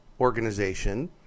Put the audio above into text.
organization